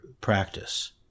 practice